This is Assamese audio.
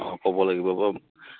অঁ ক'ব লাগিব বাৰু